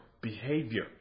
behavior